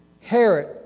Herod